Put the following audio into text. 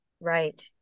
Right